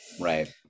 right